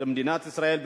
למדינת ישראל,